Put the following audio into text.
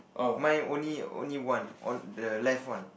mine only only one on the left one